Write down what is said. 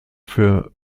für